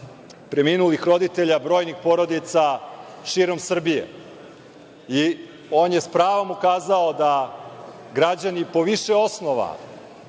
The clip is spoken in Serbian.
preminulih roditelja, brojnih porodica širom Srbije. On je s pravom ukazao da građani po više osnova,